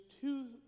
two